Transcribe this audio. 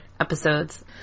episodes